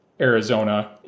Arizona